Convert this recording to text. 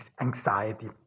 anxiety